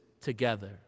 together